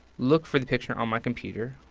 look for the picture on my computer.